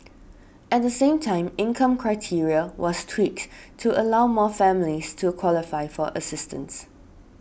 at the same time income criteria was tweaked to allow more families to qualify for assistance